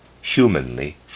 humanly